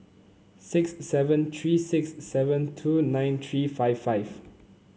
six seven three six seven two nine three five five